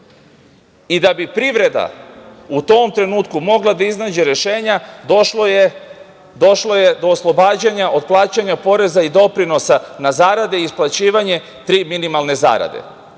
Da bi privreda u tom trenutku mogla da iznađe rešenja došlo je do oslobađanja od plaćanja poreza i doprinosa na zarade i isplaćivanje tri minimalne zarade. Ono